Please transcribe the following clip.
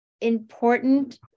important